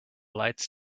lights